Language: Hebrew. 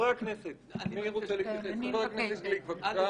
הכנסת גליק, בבקשה.